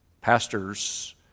Pastors